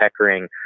peckering